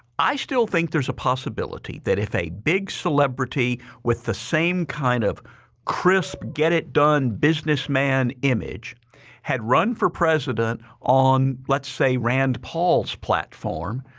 i still think there's a possibility that if a big celebrity with the same kind of crisp, get-it-done, businessman image had run for president on let's say rand paul's platform,